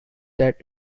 that